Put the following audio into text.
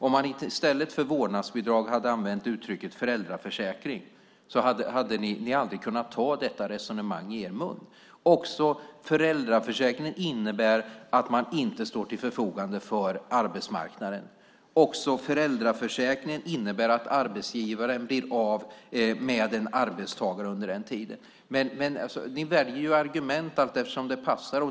Om man i stället för vårdnadsbidrag hade använt uttrycket föräldraförsäkring hade ni aldrig kunnat ta detta resonemang i er mun. Också föräldraförsäkringen innebär att man inte står till förfogande för arbetsmarknaden. Också föräldraförsäkringen innebär att arbetsgivaren blir av med en arbetstagare under den tiden. Men ni väljer argument allteftersom det passar.